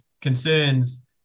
concerns